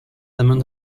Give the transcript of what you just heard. amounts